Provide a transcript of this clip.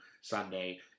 Sunday